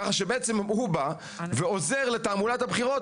ככה שהוא בעצם בא ועוזר לתעמולת הבחירות